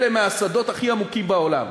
אלה מהשדות הכי עמוקים בעולם.